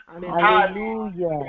Hallelujah